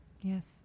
Yes